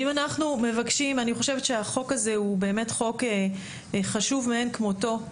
אני חושבת שהחוק הזה הוא באמת חוק חשוב מאין כמותו.